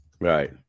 Right